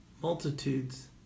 multitudes